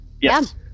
Yes